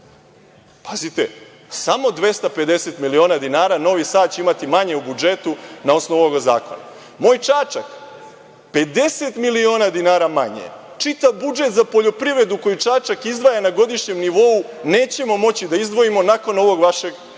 Pazite, samo 250 miliona dinara Novi Sad će imati manje u budžetu na osnovu ovog zakona. Moj Čačak 50 miliona dinara manje, čitav budžet za poljoprivredu koji Čačak izdvaja na godišnjem nivou nećemo moći da izdvojimo nakon ovog vašeg Predloga